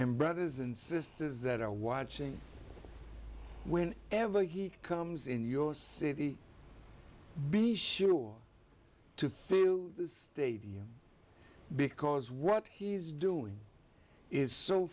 and brothers and sisters that are watching when ever he comes in your city be sure to fill the stadium because what he's doing is so